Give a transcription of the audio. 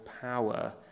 power